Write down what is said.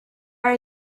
are